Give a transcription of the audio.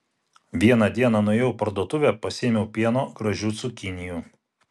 vieną dieną nuėjau į parduotuvę pasiėmiau pieno gražių cukinijų